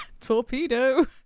torpedo